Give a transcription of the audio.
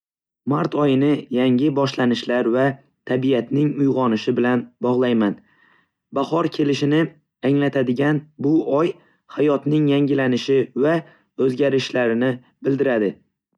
Mart oyini yangi boshlanishlar va tabiatning uyg'onishi bilan bog'layman. Bahor kelishini anglatadigan bu oy hayotning yangilanishi va o'zgarishlarini bildiradi.